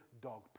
dog